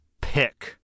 pick